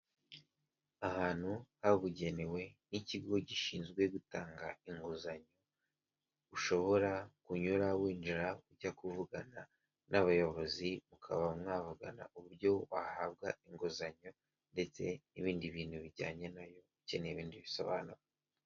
Ahantu habugenewe n'ikigo gishinzwe gutanga inguzanyo ushobora kunyura winjira ujya kuvugana n'abayobozi ukaba mwavugana uburyo wahabwa inguzanyo ndetse n'ibindi bintu bijyanye nayo ukeneye ibindi bisobanuro.